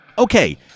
Okay